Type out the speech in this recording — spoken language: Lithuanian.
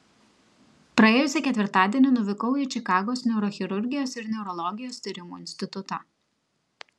praėjusį ketvirtadienį nuvykau į čikagos neurochirurgijos ir neurologijos tyrimų institutą